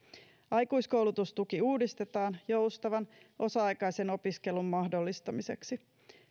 aikuiskoulutustuki uudistetaan joustavan osa aikaisen opiskelun mahdollistamiseksi